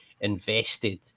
invested